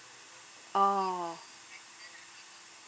oh